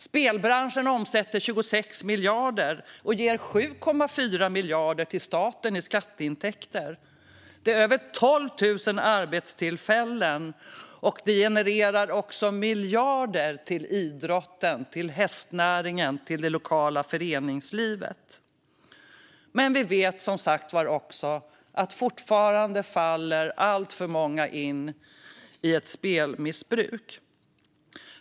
Spelbranschen omsätter 26 miljarder och ger 7,4 miljarder till staten i skatteintäkter. Den ger över 12 000 arbetstillfällen och genererar också miljarder till idrotten, hästnäringen och det lokala föreningslivet. Men vi vet som sagt att det fortfarande är alltför många som hamnar i spelmissbruk.